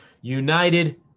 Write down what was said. United